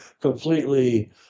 completely